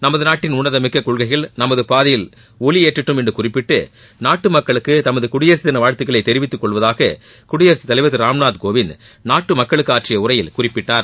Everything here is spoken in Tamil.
நமது நாட்டின் உன்னதமிக்க கொள்கைகள் நமது பாதையில் ஒளியேற்றடும் என்று குறிப்பிட்டு நாட்டு மக்களுக்கு தமது குடியரசு தின வாழ்த்துகளை தெரிவித்து கொள்வதாக குடியரசு தலைவர் திரு ராம்நாத் கோவிந்த் நாட்டு மக்களுக்கு ஆற்றிய உரையில் குறிப்பிட்டார்